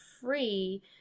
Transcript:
free